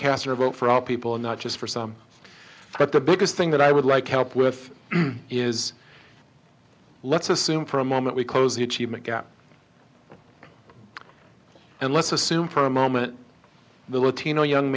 casting a vote for our people and not just for some but the biggest thing that i would like help with is let's assume for a moment we close the achievement gap and let's assume for a moment the latino young